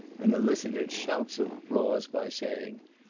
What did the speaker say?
and elicited shouts of applause by saying,